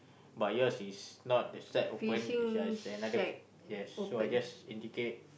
but yours is not that shed open it's just another yes so I just indicate